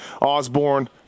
Osborne